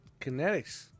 Kinetics